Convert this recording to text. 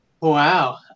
Wow